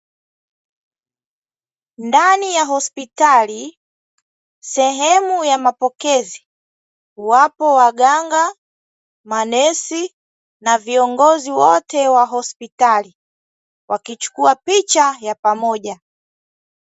Ndani ya hospitali sehemu ya mapokezi wapo waganga, manesi na viongozi wote wa hospitali wakichukua picha ya pamoja.